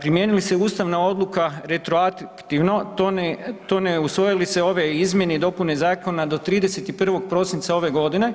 Primjeni li se ustavna odluka retroaktivno, to ne, to ne, usvoje li se ove izmjene i dopune zakona do 31. prosinca ove godine,